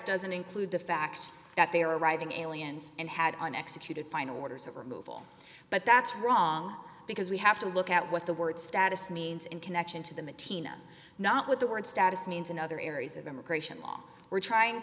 doesn't include the fact that they are arriving aliens and had an executed final orders of removal but that's wrong because we have to look at what the word status means in connection to the matina not what the word status means in other areas of immigration law we're trying